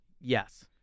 Yes